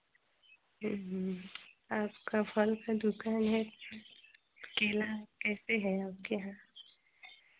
आपका फल का दुकान है क्या केला कैसे है आपके यहाँ